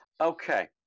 Okay